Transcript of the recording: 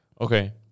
okay